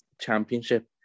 Championship